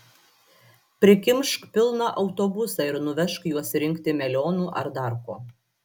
prikimšk pilną autobusą ir nuvežk juos rinkti melionų ar dar ko